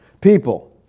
People